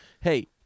hey